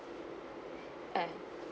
I